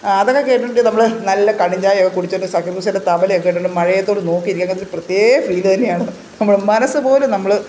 അതൊക്കെ കേട്ടുകൊണ്ട് നമ്മൾ നല്ല കടും ചായ ഒക്കെ കുടിച്ചുകൊണ്ട് സക്കീർ ഹുസൈൻ്റെ തബല ഒക്കെ കേട്ടുകൊണ്ട് മഴയത്തോട്ട് നോക്കിയിരിക്കാൻ എന്തൊരു പ്രത്യേക ഫീൽ തന്നെയാണ് നമ്മുടെ മനസ്സ് പോലും നമ്മൾ